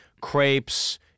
crepes